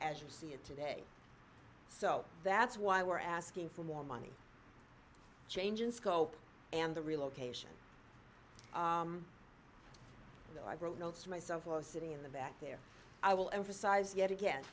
as you see it today so that's why we're asking for more money change in scope and the relocation that i wrote notes to myself or sitting in the back there i will emphasize yet again